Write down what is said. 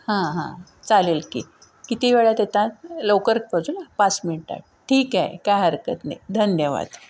हां हां चालेल की किती वेळात येतात लवकर पोहोचू ना पाच मिनटात ठीक आहे काय हरकत नाही धन्यवाद